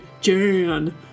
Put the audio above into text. Jan